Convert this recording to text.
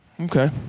Okay